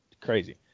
crazy